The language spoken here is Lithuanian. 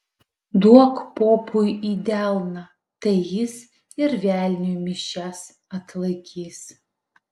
duok popui į delną tai jis ir velniui mišias atlaikys